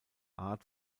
art